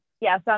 yes